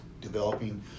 developing